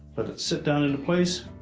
let it sit down into place,